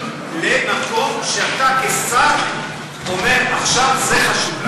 למקום שאתה כשר אומר: עכשיו זה חשוב לנו.